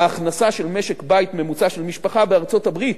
ההכנסה של משק-בית ממוצע, של משפחה, בארצות-הברית